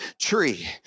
tree